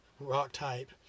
rock-type